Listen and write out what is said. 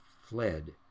fled